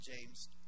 James